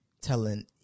telling